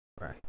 Right